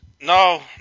No